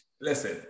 Listen